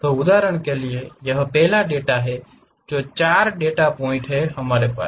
उदाहरण के लिए यह पहला डेटा है जो 4 डेटा पॉइंट हैं हमारे पास हैं